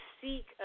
seek